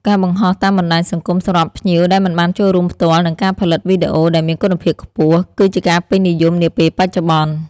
ការបង្ហោះតាមបណ្តាញសង្គមសម្រាប់ភ្ញៀវដែលមិនបានចូលរួមផ្ទាល់ និងការផលិត វីដេអូ ដែលមានគុណភាពខ្ពស់ គឺជាការពេញនិយមនាពេលបច្ចុប្បន្ន ។